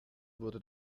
wurde